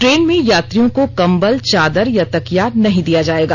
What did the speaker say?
train में यात्रियों को कंबल चादर या ताकिया नहीं दिया जायेगा